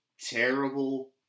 terrible